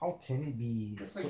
how can it be that so